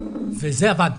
וזה עבד.